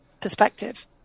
perspective